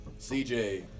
CJ